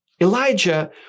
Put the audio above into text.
Elijah